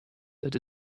that